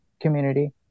community